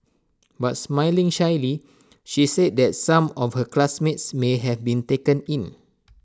but smiling shyly she said that some of her classmates may have been taken in